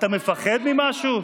אתה מפחד ממשהו?